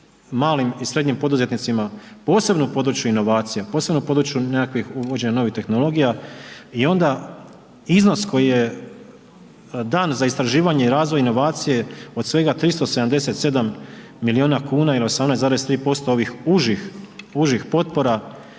malim i srednjim poduzetnicima posebno u području inovacija, posebno u području nekakvih uvođenja novih tehnologija i onda iznos koji je dan za istraživanje i razvoj inovacije od svega 377 miliona kuna ili 18,3% ovih užih, užih potpora